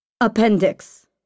Appendix